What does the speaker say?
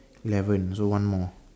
eleven so one more